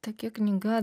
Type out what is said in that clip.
tokia knyga